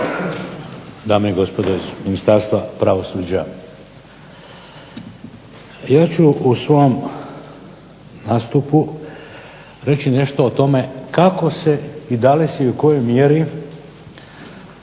dame i gospodo iz Ministarstva pravosuđa. Ja ću u svom nastupu reći nešto o tome kako se i da li se i u kojoj mjeri